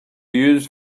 used